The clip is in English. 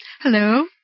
Hello